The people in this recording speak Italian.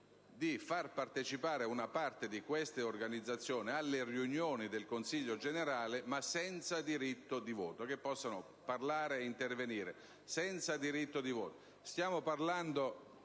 di far partecipare una parte di queste organizzazioni alle riunioni del Consiglio generale, ma senza diritto di voto; esse cioè possono intervenire,